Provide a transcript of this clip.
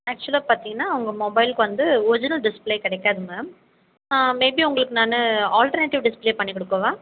ஆக்சுவலாக பார்த்தீங்கன்னா உங்கள் மொபைல்க்கு வந்து ஒரிஜினல் டிஸ்ப்ளே கிடைக்காது மேம் மேபி உங்களுக்கு நான் ஆல்ட்டர்னேட்டிவ் டிஸ்ப்ளே பண்ணி கொடுக்கவா